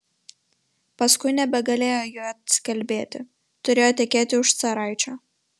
paskui nebegalėjo ji atsikalbėti turėjo tekėti už caraičio